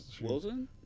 Wilson